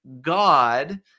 God